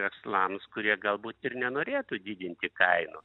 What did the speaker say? verslams kurie galbūt ir nenorėtų didinti kainų